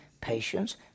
patience